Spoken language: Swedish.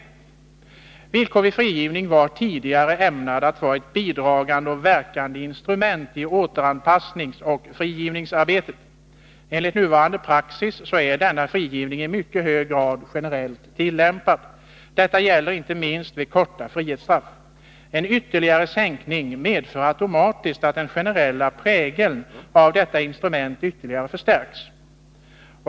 Den villkorliga frigivningen var tidigare ämnad att vara ett bidragande och verkande instrument i återanpassningsoch frigivningsarbetet. Enligt nuvarande praxis är denna frigivning i mycket hög grad generellt tillämpad. Detta gäller inte minst vid kortare frihetsstraff. En ytterligare sänkning medför automatiskt att detta instruments generella prägel ytterligare förstärks.